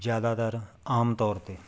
ਜ਼ਿਆਦਾਤਰ ਆਮ ਤੌਰ 'ਤੇ